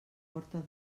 porta